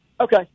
Okay